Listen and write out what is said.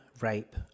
rape